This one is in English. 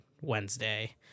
Wednesday